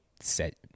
set –